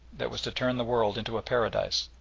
that was to turn the world into a paradise.